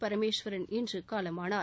பரமேஸ்வரன் இன்று காலமானார்